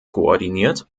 koordiniert